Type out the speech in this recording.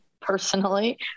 personally